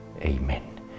Amen